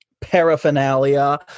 paraphernalia